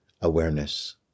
awareness